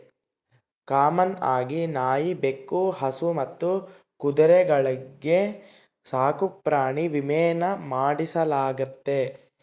common ಆಗಿ ನಾಯಿ, ಬೆಕ್ಕು, ಹಸು ಮತ್ತು ಕುದುರೆಗಳ್ಗೆ ಸಾಕುಪ್ರಾಣಿ ವಿಮೇನ ಮಾಡಿಸಲಾಗ್ತತೆ